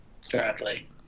Sadly